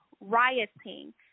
rioting